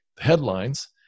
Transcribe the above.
headlines